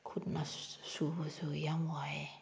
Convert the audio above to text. ꯈꯨꯠꯅ ꯁꯨꯕꯁꯨ ꯌꯥꯝ ꯋꯥꯏꯌꯦ